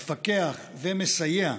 מפקח ומסייע,